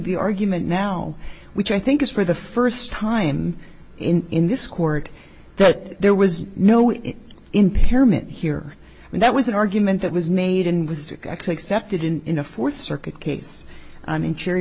the argument now which i think is for the first time in this court that there was no it impairment here and that was an argument that was made and was actually accepted in in a fourth circuit case i mean cherry